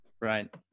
Right